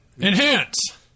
Enhance